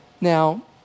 Now